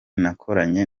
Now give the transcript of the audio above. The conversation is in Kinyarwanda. nakoranye